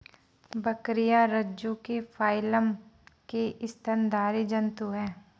बकरियाँ रज्जुकी फाइलम की स्तनधारी जन्तु है